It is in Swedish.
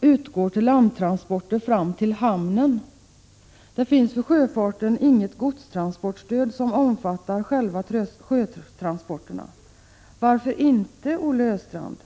utgår till landtransporter fram till hamnen. Det finns för sjöfarten inget godstransportstöd som omfattar själva sjötransporterna. Varför inte, Olle Östrand?